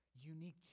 unique